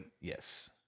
Yes